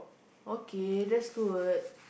okay that's good